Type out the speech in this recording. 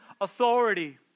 authority